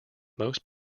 most